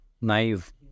naive